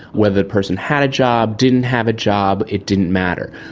whether that person had a job, didn't have a job, it didn't matter.